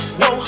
no